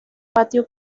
patio